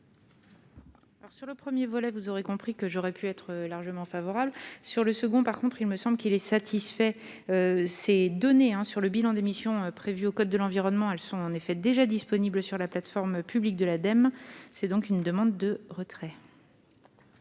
Sur le 1er volet vous aurez compris que j'aurais pu être largement favorable sur le second, par contre, il me semble qu'il est satisfait ces données : un sur le bilan d'émissions prévues au Code de l'environnement, elles sont en effet déjà disponible sur la plateforme publique de l'Ademe, c'est donc une demande de retrait.